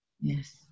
Yes